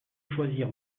choisir